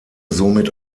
somit